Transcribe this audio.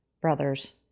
brothers